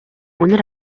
үнэр